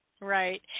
right